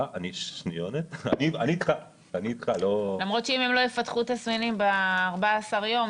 -- למרות שאם הם לא יפתחו תסמינים ב-14 הימים,